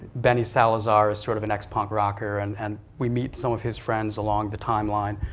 bennie salazar is sort of an ex-punk rocker and and we meet some of his friends along the timeline,